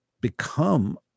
become